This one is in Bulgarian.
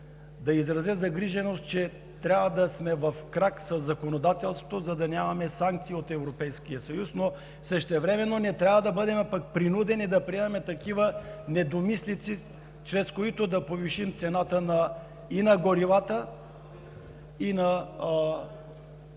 да изразя загриженост, че трябва да сме в крак със законодателството, за да нямаме санкции от Европейския съюз. Същевременно не трябва да бъдем принудени да приемем такива недомислици, чрез които да повишим цената и на горивата, и на